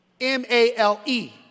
M-A-L-E